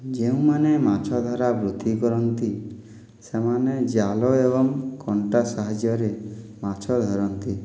ଯେଉଁମାନେ ମାଛ ଧରା ବୃତ୍ତି କରନ୍ତି ସେମାନେ ଜାଲ ଏବଂ କଣ୍ଟା ସାହାଯ୍ୟରେ ମାଛ ଧରନ୍ତି